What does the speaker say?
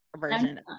version